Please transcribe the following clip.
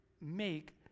make